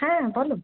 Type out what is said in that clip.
হ্যাঁ বলো